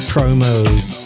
Promos